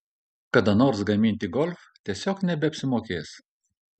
kada nors gaminti golf tiesiog nebeapsimokės